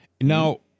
Now